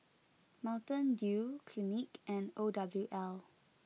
Mountain Dew Clinique and O W L